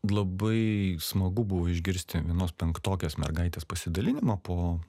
labai smagu buvo išgirsti vienos penktokės mergaitės pasidalinimą po